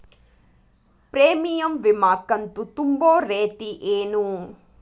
Premium ವಿಮಾ ಕಂತು ತುಂಬೋ ರೇತಿ ಏನು?